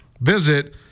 visit